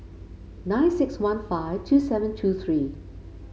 nine six one five two seven two three